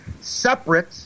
separate